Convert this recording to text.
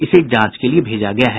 इसे जांच के लिए भेजा गया है